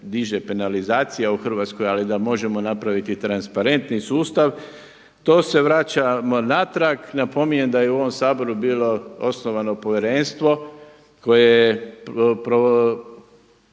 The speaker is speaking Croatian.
penalizacija u Hrvatskoj, ali da možemo napraviti transparentniji sustav. To se vraćamo natrag. Napominjem da je u ovom Saboru bilo osnovano povjerenstvo koje je